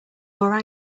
more